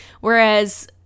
Whereas